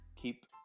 Keep